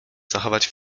zachować